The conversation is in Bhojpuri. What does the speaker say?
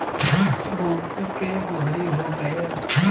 गोबर के गोहरी हो गएल